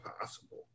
possible